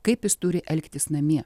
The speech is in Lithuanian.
kaip jis turi elgtis namie